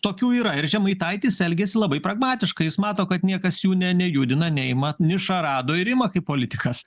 tokių yra ir žemaitaitis elgiasi labai pragmatiškai jis mato kad niekas jų ne nejudina neima nišą rado ir ima kaip politikas